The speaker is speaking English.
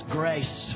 grace